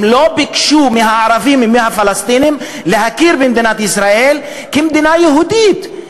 הם לא ביקשו מהערבים ומהפלסטינים להכיר במדינת ישראל כמדינה יהודית.